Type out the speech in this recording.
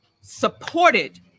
supported